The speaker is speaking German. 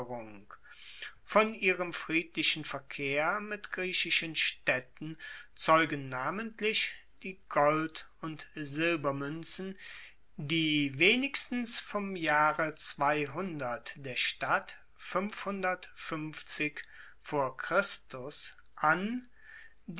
von ihrem friedlichen verkehr mit griechischen staedten zeugen namentlich die gold und silbermuenzen die wenigstens vom jahre der stadt an